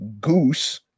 Goose